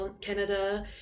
Canada